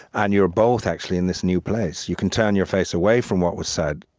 and you're both actually in this new place. you can turn your face away from what was said,